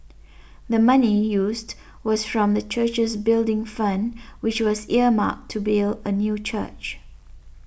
the money used was from the church's Building Fund which was earmarked to build a new church